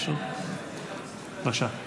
בבקשה.